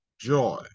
joy